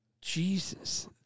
Jesus